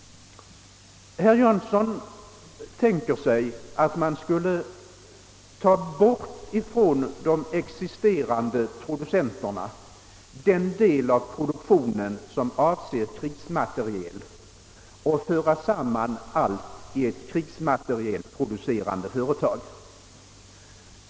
Herr Jansson tänker sig emellertid att man från de existerande producenterna skulle ta bort den del av produktionen som avser krigsmateriel och föra samman allt i ett enda krigsmaterielproducerande företag.